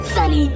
Sunny